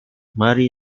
mary